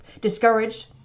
discouraged